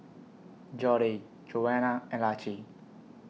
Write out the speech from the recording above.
Jodie Joana and Laci